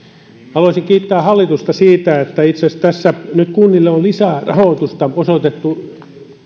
haluaisin kiittää hallitusta siitä että itse asiassa nyt tässä on kunnille lisää rahoitusta osoitettu